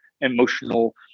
emotional